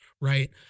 right